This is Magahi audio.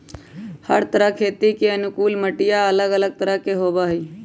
हर तरह खेती के अनुकूल मटिया अलग अलग तरह के होबा हई